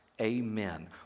Amen